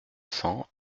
cents